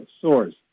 source